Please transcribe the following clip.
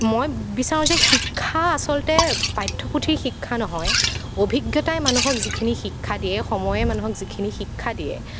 মই বিচাৰো যে শিক্ষা আচলতে পাঠ্যপুথিৰ শিক্ষা নহয় অভিজ্ঞতাই মানুহক যিখিনি শিক্ষা দিয়ে সময়ে মানুহক যিখিনি শিক্ষা দিয়ে